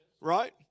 Right